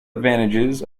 advantages